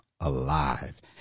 alive